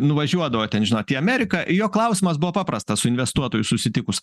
nuvažiuodavo ten žinot į ameriką ir jo klausimas buvo paprastas su investuotoju susitikus